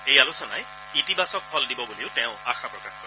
এই আলোচনাই ইতিবাচক ফল দিব বুলিও তেওঁ আশা প্ৰকাশ কৰে